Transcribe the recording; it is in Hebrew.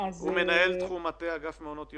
המסגרות האלו לא מחויבות בשום דבר